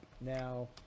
Now